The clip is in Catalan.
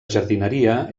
jardineria